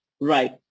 Right